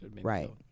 Right